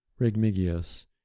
Regmigius